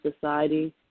society